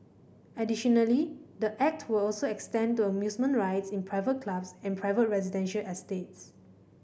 additionally the Act will also extend to amusement rides in private clubs and private residential estates